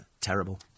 terrible